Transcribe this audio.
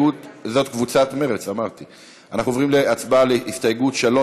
אנחנו עוברים להצבעה על הסתייגות 3,